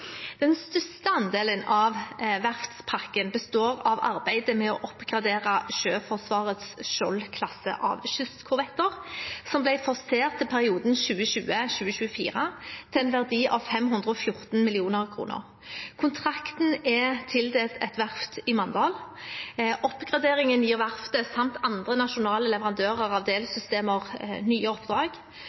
Den største andelen av verftspakken består av arbeidet med å oppgradere Sjøforsvarets Skjold-klasse av kystkorvetter, som ble forsert til perioden 2020–2024, til en verdi av 514 mill. kr. Kontrakten er tildelt et verft i Mandal. Oppgraderingen gir verftet samt andre nasjonale leverandører av delsystemer nye oppdrag.